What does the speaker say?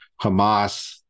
Hamas